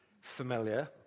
familiar